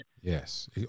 Yes